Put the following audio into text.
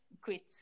quit